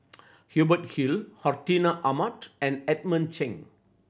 Hubert Hill Hartinah Ahmad and Edmund Cheng